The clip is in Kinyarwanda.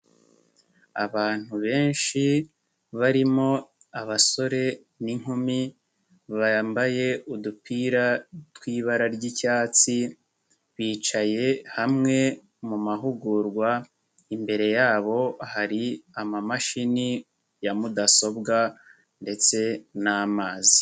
Abantu benshi barimo abasore n'inkumi, bambaye udupira twibara ry'icyatsi, bicaye hamwe mu mahugurwa, imbere yabo hari amamashini ya mudasobwa ndetse n'amazi.